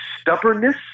stubbornness